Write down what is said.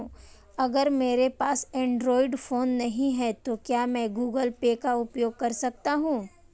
अगर मेरे पास एंड्रॉइड फोन नहीं है तो क्या मैं गूगल पे का उपयोग कर सकता हूं?